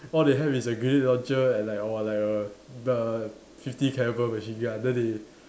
all they have is a grenade launcher and like or like a the fifty calibre machine gun then they